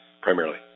primarily